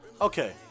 Okay